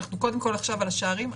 אנחנו קודם כל עכשיו על השרעיים,